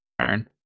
turn